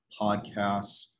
podcasts